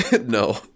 No